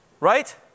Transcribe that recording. Right